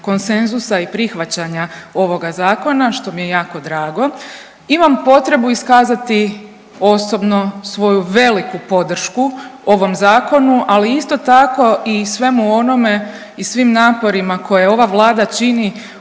konsenzusa i prihvaćanja ovoga zakona, što mi je jako drago imam potrebu iskazati osobno svoju veliku podršku ovom zakonu, ali isto tako i svemu onome i svim naporima koje ova Vlada čini u